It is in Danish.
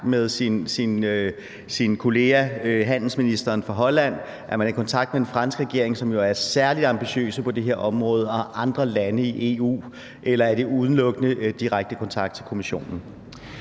med sin kollega, handelsministeren fra Holland, er man i kontakt med den franske regering, som jo er særlig ambitiøs på det her område, og andre lande i EU, eller er der udelukkende tale om direkte kontakt til Kommissionen?